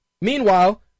Meanwhile